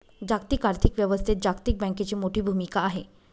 जागतिक आर्थिक व्यवस्थेत जागतिक बँकेची मोठी भूमिका आहे